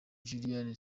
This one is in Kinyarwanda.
julienne